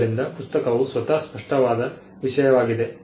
ಆದ್ದರಿಂದ ಪುಸ್ತಕವು ಸ್ವತಃ ಸ್ಪಷ್ಟವಾದ ವಿಷಯವಾಗಿದೆ